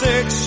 Six